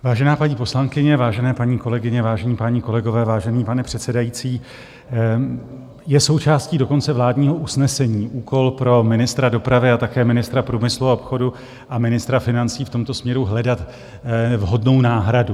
Vážená paní poslankyně, vážené paní kolegyně, vážení páni kolegové, vážený pane předsedající, je součástí dokonce vládního usnesení úkol pro ministra dopravy a také ministra průmyslu a obchodu a ministra financí v tomto směru hledat vhodnou náhradu.